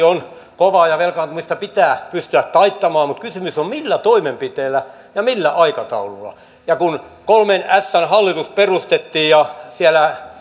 on kova ja velkaantumista pitää pystyä taittamaan mutta kysymys on siitä millä toimenpiteillä ja millä aikataululla ja kun kolmen ässän hallitus perustettiin ja siellä